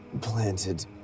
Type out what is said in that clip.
planted